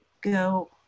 go